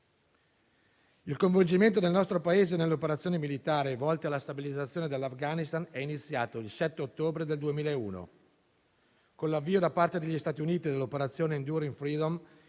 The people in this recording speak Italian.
Il coinvolgimento del nostro Paese nelle operazioni militari volte alla stabilizzazione dell'Afghanistan è iniziato il 7 ottobre 2001. Con l'avvio da parte degli Stati Uniti dell'operazione Enduring freedom